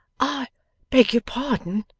i beg your pardon,